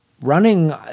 running